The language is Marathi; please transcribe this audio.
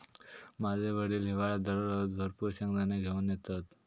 माझे वडील हिवाळ्यात दररोज भरपूर शेंगदाने घेऊन येतत